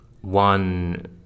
one